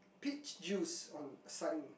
peach juice on